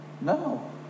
No